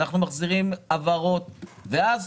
אנחנו מחזירים הבהרות ואז